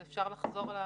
אפשר לחזור על השאלה?